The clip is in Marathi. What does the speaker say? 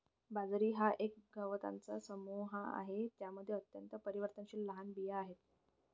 बाजरी हा गवतांचा एक समूह आहे ज्यामध्ये अत्यंत परिवर्तनशील लहान बिया आहेत